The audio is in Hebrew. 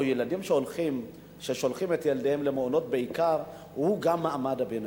או אנשים ששולחים את ילדיהם למעונות בעיקר זה מעמד הביניים,